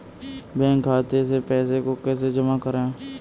Bank खाते से पैसे को कैसे जमा करें?